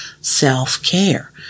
self-care